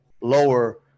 lower